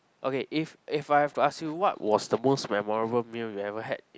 okay if if I have to ask you what was the most memorable meal you ever had